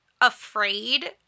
afraid